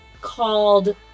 called